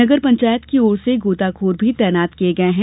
नगर पंचायत की ओर से गोताखोर भी तैनात किये गये हैं